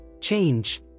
Change